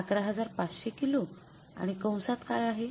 ११५०० kilo आणि कंसात काय आहे